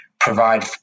provide